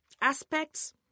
aspects